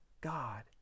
God